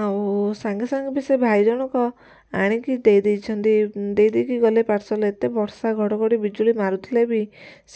ଆଉ ସାଙ୍ଗେସାଙ୍ଗେ ବି ସେ ଭାଇ ଜଣକ ଆଣିକି ଦେଇଦେଇଛନ୍ତି ଦେଇଦେଇକି ଗଲେ ପାର୍ସଲ ଏତେ ବର୍ଷା ଘଡ଼ଘଡ଼ି ବିଜୁଳି ମାରୁଥିଲେ ବି